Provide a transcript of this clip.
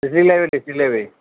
district library district library